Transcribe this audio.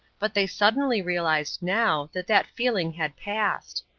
but they suddenly realized now that that feeling had passed.